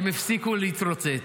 הם הפסיקו להתרוצץ.